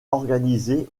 organisée